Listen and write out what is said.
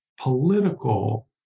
political